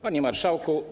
Panie Marszałku!